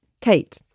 Kate